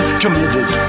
committed